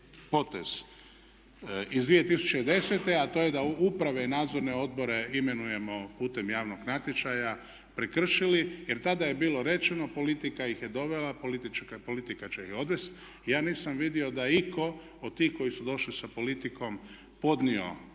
potez iz 2010., a to je da uprave i nadzorne odbore imenujemo putem javnog natječaja prekršili jer tada je bilo rečeno politika ih je dovela, politika će ih i odvest. Ja nisam vidio da je iko od tih koji su došli sa politikom podnio